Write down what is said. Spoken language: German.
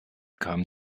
kam